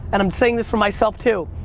and i'm saying this for myself, too.